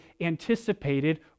anticipated